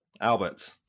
Albert